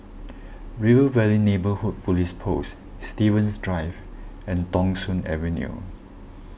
River Valley Neighbourhood Police Post Stevens Drive and Thong Soon Avenue